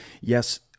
yes